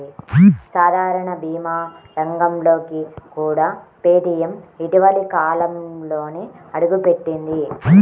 సాధారణ భీమా రంగంలోకి కూడా పేటీఎం ఇటీవలి కాలంలోనే అడుగుపెట్టింది